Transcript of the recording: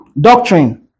doctrine